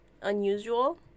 Unusual